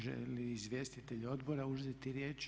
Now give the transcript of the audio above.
Žele li izvjestitelji odbora uzeti riječ?